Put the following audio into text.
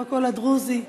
גם הקול הדרוזי.